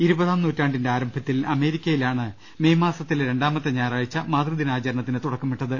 ഇരുപതാം നൂറ്റാണ്ടിന്റെ ആരംഭത്തിൽ അമേരിക്കയിലാണ് മെയ് മാസത്തിലെ രണ്ടാമത്തെ ഞായറാഴ്ച മാതൃ ദിനാചരണത്തിന് തുടക്കമിട്ടത്